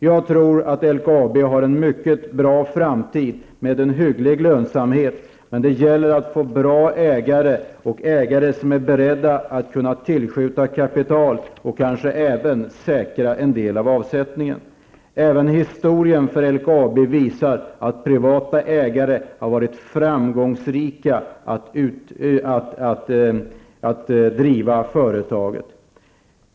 Jag tror att LKAB har en mycket bra framtid med en hygglig lönsamhet, men det gäller att få bra ägare, ägare som är beredda att skjuta till kapital och kanske även säkra en del av avsättningen. Även LKABs historia visar att privata ägare har varit framgångsrika med att driva företaget.